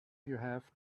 have